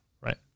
right